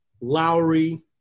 Lowry